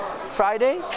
Friday